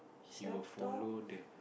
he will follow the